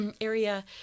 area